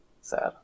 Sad